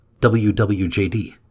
WWJD